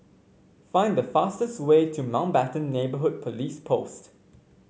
find the fastest way to Mountbatten Neighbourhood Police Post